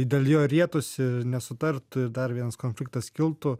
dėl jo rietųsi nesutartų ir dar vienas konfliktas kiltų